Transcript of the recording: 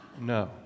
No